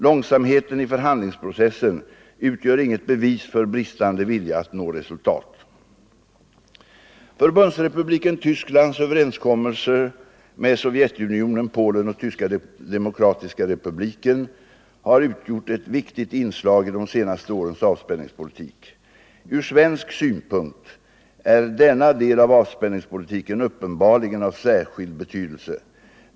Långsamheten i förhandlingsprocessen utgör inget bevis för bristande vilja att nå resultat. Förbundsrepubliken Tysklands överenskommelser med Sovjetunionen, Polen och Tyska demokratiska republiken har utgjort ett viktigt inslag i de senare årens avspänningspolitik. Ur svensk synpunkt är denna del av avspänningspolitiken uppenbarligen av särskild betydelse.